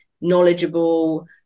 knowledgeable